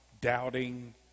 doubting